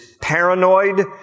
paranoid